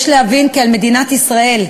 יש להבין כי על מדינת ישראל,